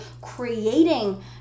creating